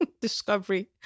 discovery